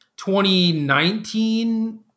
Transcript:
2019